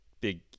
big